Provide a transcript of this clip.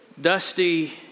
dusty